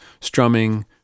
strumming